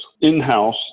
in-house